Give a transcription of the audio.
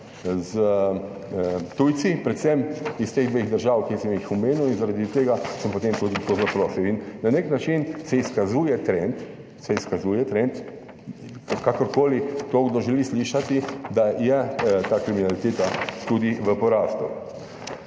s tujci, predvsem iz teh dveh držav, ki sem jih omenil, in zaradi tega sem, potem tudi to zaprosil. Na nek način se izkazuje trend, se izkazuje trend, kakorkoli to kdo želi slišati, da je ta kriminaliteta tudi v porastu.